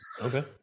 Okay